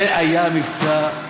זה היה מבצע אדיר.